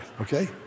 okay